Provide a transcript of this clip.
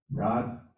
God